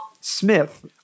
Smith